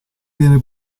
viene